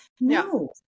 No